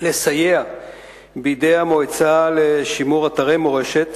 לסייע בידי המועצה לשימור אתרי מורשת